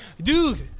Dude